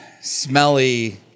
smelly